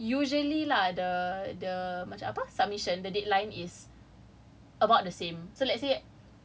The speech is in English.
if if you have two assignments or three assignments usually lah err the macam apa submission the deadline is